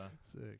sick